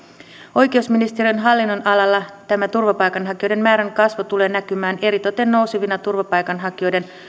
oikeusministeriön hallinnonalalla tämä turvapaikanhakijoiden määrän kasvu tulee näkymään eritoten nousevina turvapaikanhakijoiden